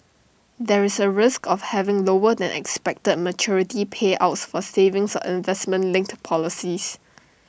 there is A risk of having lower than expected maturity payouts for savings or investment linked policies